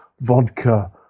vodka